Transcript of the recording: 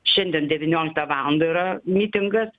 šiandien devynioliktą valandą yra mitingas